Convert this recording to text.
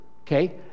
okay